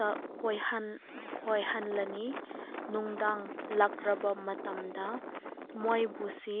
ꯗ ꯀꯣꯏꯍꯜꯂꯅꯤ ꯅꯨꯡꯗꯥꯡ ꯂꯥꯛꯂꯕ ꯃꯇꯝꯗ ꯃꯣꯏꯕꯨꯁꯤ